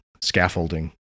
scaffolding